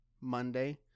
Monday